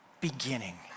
beginning